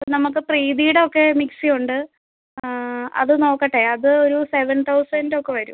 നമുക്ക് പ്രീതിയുടെ ഒക്കെ മിക്സി ഉണ്ട് അത് നോക്കട്ടെ അത് ഒരു സെവൻ തൗസൻഡ് ഒക്കെ വരും